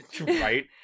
Right